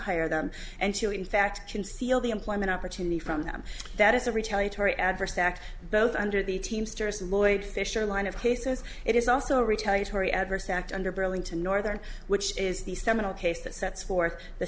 hire them and to in fact conceal the employment opportunity from them that is a retaliatory adverse act both under the teamsters and lloyd fisher line of cases it is also retaliatory adverse act under burlington northern which is the seminal case that sets forth the